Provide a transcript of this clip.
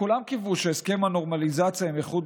כולם קיוו שהסכם הנורמליזציה עם איחוד